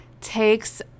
takes